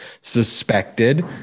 suspected